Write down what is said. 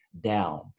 down